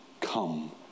come